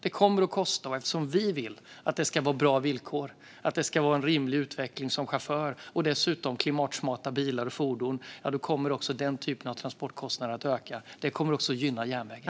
Det kommer att kosta, och eftersom vi vill att det ska vara bra villkor och en rimlig utveckling för chaufförerna - och dessutom klimatsmarta bilar och fordon - kommer även den typen av transportkostnader att öka. Det kommer också att gynna järnvägen.